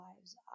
lives